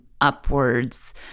upwards